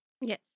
Yes